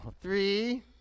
three